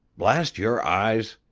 blast your eyes!